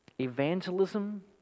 evangelism